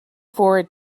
forward